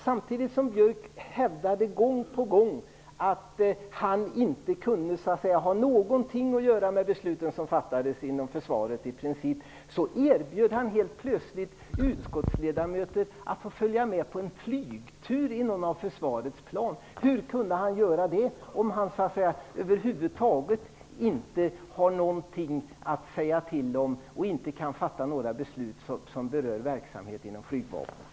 Samtidigt som Anders Björck gång på gång hävdade att han i princip inte hade någonting att göra med de beslut som fattades inom försvaret, erbjöd han helt plötsligt utskottsledamöter att följa med på en flygtur med ett av försvarets plan. Hur kunde han göra detta om han inte över huvud taget har någonting att säga till om och inte kan fatta några beslut som berör verksamheten inom flygvapnet?